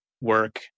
work